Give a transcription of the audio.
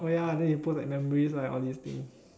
oh ya then you post like memories right all these things